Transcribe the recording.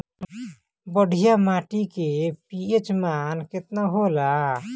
बढ़िया माटी के पी.एच मान केतना होला?